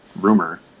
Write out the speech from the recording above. rumor